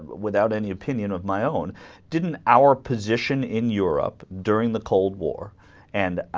without any opinion of my own didn't our position in europe during the cold war and ah.